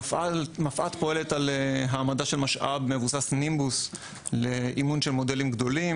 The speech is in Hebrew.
מפא"ת פועלת על העמדה של משאב מבוסס נימבוס לאימון של מודלים גדולים.